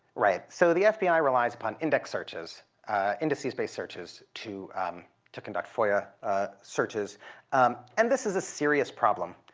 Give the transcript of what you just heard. right. so the fbi relies upon index searches indices-based searches to to conduct foia searches and this is a serious problem.